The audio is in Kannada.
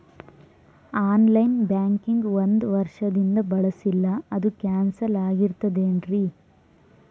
ಆನ್ ಲೈನ್ ಬ್ಯಾಂಕಿಂಗ್ ಒಂದ್ ವರ್ಷದಿಂದ ಬಳಸಿಲ್ಲ ಅದು ಕ್ಯಾನ್ಸಲ್ ಆಗಿರ್ತದೇನ್ರಿ?